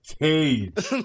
cage